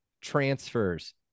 transfers